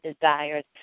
desires